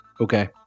Okay